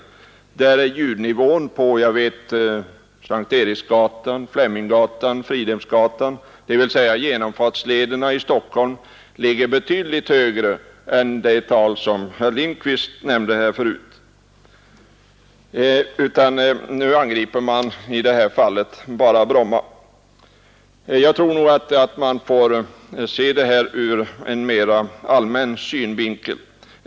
Jag vet att ljudnivån på S:t Eriksgatan, Fleminggatan och Fridhemsgatan, dvs. några av genomfartslederna i Stockholm, ligger betydligt högre än det tal som herr Lindkvist nämnde tidigare. Jag tror att man får se den här frågan ur en mer allmän synvinkel.